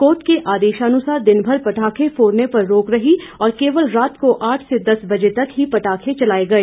court के आदेशानुसार दिनभर पटाखे फोड़ने पर रोक रही और केवल रात को आठ से दस बजे तक ही पटाखे चलाए गए